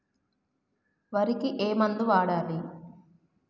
వరికి ఏ మందు వాడాలి?